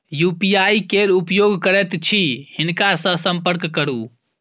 UPI केर उपयोग करैत छी हिनका सँ संपर्क करु